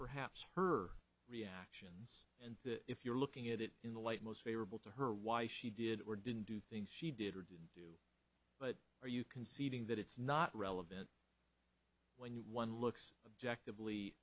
perhaps her reactions and if you're looking at it in the light most favorable to her why she did or didn't do things she did or didn't do but are you conceding that it's not relevant when one looks objective lee